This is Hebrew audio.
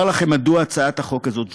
אומר לכם מדוע הצעת החוק הזאת שגויה,